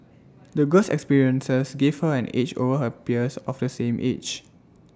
the girl's experiences gave her an edge over her peers of the same age